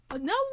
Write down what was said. No